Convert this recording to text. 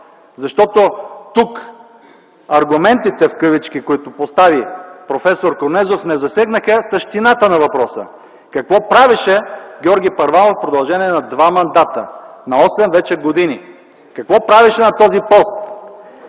Защото тук аргументите в кавички, които постави проф. Корнезов, не засегнаха същината на въпроса: какво правеше Георги Първанов в продължение на два мандата, на осем вече години, какво правеше на този пост?